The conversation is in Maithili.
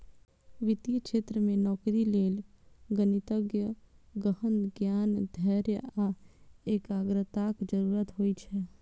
वित्तीय क्षेत्र मे नौकरी लेल गणितक गहन ज्ञान, धैर्य आ एकाग्रताक जरूरत होइ छै